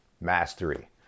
mastery